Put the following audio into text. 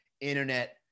internet